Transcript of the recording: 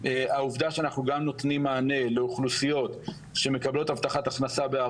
העובדה שאנחנו גם נותנים מענה לאוכלוסיות שמקבלות הבטחת הכנסה,